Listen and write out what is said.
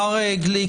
מר גליק,